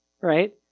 Right